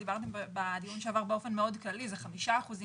דיברתם בדיון הקודם באופן מאוד כללי, האם זה 5%?